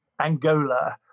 Angola